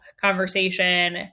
conversation